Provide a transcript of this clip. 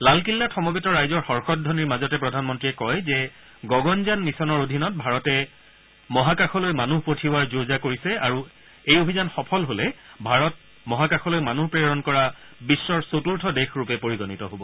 লালকিল্লাত সমৱেত ৰাইজৰ হৰ্ষধবনিৰ মাজতে প্ৰধানমন্ত্ৰীয়ে কয় যে গগনযান মিছনৰ অধীনত ভাৰতে মহাকাশলৈ মানুহ পঠিওৱাৰ যো জা কৰিছে আৰু এই অভিযান সফল হ'লে ভাৰত মহাকাশলৈ মানুহ প্ৰেৰণ কৰা বিশ্বৰ চতুৰ্থ দেশৰূপে পৰিগণিত হ'ব